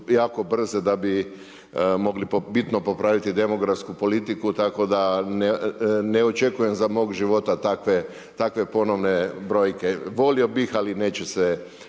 jako brze da bi mogle bitno popraviti demografsku politiku tako da ne očekujem za mog života takve ponovne brojke. Volio bih, ali neće se